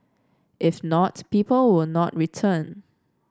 if not people will not return